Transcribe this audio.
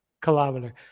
kilometer